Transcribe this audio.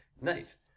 nice